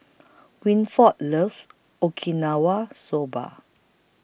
Winford loves Okinawa Soba